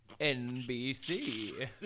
NBC